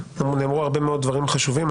נאמרו הרבה מאוד דברים חשובים,